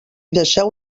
deixeu